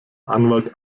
anwalt